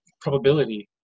probability